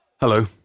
Hello